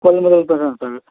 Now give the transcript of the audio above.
கொள்முதல் படிதான் சார்